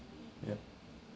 yup